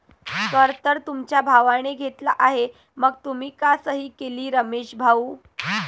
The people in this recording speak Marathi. कर तर तुमच्या भावाने घेतला आहे मग तुम्ही का सही केली रमेश भाऊ?